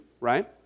Right